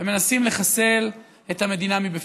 ומנסים לחסל את המדינה מבפנים.